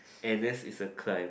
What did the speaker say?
n_s is a crime